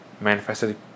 manifested